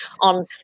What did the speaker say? on